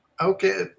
okay